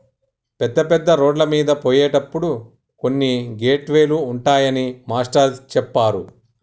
పెద్ద పెద్ద రోడ్లమీద పోయేటప్పుడు కొన్ని గేట్ వే లు ఉంటాయని మాస్టారు చెప్పారు